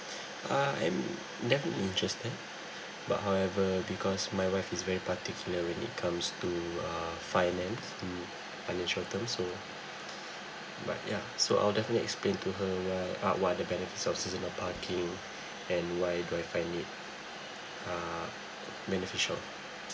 uh I'm definitely just am but however because my wife is very particular when it comes to uh finance the financial terms so but yeah so I'll definitely explain to her why uh what are benefits of seasonal parking and why do have I need uh beneficial